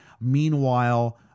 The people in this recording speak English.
Meanwhile